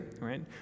right